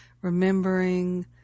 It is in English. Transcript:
Remembering